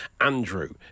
Andrew